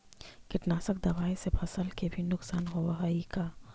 कीटनाशक दबाइ से फसल के भी नुकसान होब हई का?